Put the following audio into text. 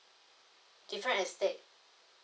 different estate